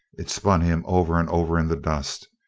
it spun him over and over in the dust,